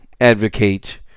advocate